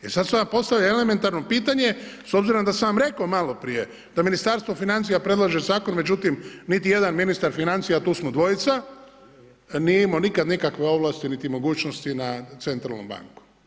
Jer sad se onda postavlja elementarno pitanje s obzirom da sam vam rekao malo prije, da Ministarstvo financija predlaže zakon međutim niti jedan Ministar financija, a tu smo dvojica nije imao nikad nikakve ovlasti, niti mogućnosti na Centralnu banku.